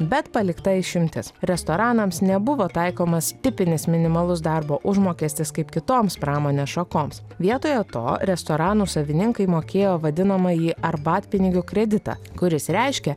bet palikta išimtis restoranams nebuvo taikomas tipinis minimalus darbo užmokestis kaip kitoms pramonės šakoms vietoje to restoranų savininkai mokėjo vadinamąjį arbatpinigių kreditą kuris reiškia